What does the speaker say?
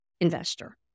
investor